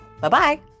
Bye-bye